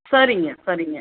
சரிங்க சரிங்க